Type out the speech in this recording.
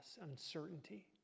uncertainty